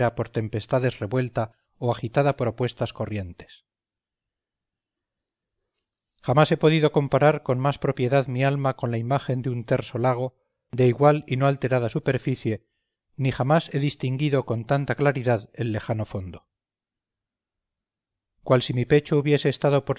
por tempestades revuelta o agitada por opuestas corrientes jamás he podido comparar con más propiedad mi alma con la imagen de un terso lago de igual y no alterada superficie ni jamás he distinguido con tanta claridad el lejano fondo cual si mi pecho hubiese estado